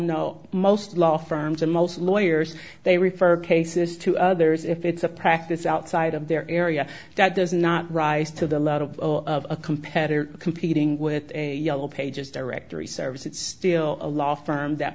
know most law firms and most lawyers they refer cases to others if it's a practice outside of their area that does not rise to the lead of a competitor competing with a yellow pages directory service it's still a law firm that